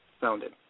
founded